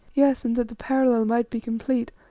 yes and that the parallel might be complete,